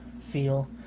feel